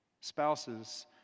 Spouses